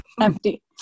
empty